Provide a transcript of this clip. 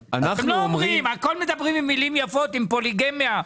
הכול מדברים עם מילים יפות, עם פוליגמיה.